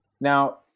Now